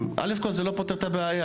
דבר ראשון, זה לא פותר את הבעיה.